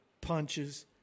Punches